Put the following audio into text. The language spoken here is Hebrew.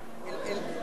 יושב-ראש,